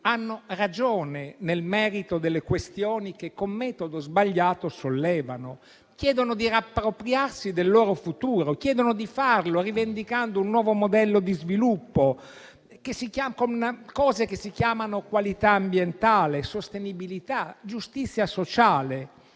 hanno ragione nel merito delle questioni che, con metodo sbagliato, sollevano: chiedono di riappropriarsi del loro futuro, chiedono di farlo rivendicando un nuovo modello di sviluppo. Sono cose che si chiamano qualità ambientale, sostenibilità, giustizia sociale.